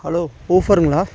hello ஊஃபருங்களா